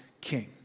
king